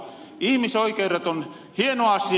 ihimisoikeudet on hieno asia